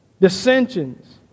dissensions